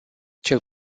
cel